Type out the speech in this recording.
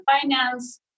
finance